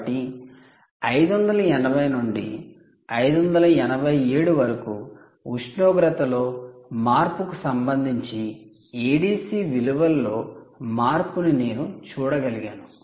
కాబట్టి 580 నుండి 587 వరకు ఉష్ణోగ్రతలో మార్పుకు సంబంధించి ADC విలువల్లో మార్పును నేను చూడగలిగాను